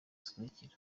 zikurikira